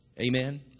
Amen